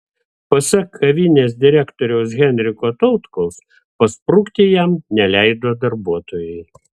pasak kavinės direktoriaus henriko tautkaus pasprukti jam neleido darbuotojai